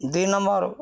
ଦୁଇ ନମ୍ବର୍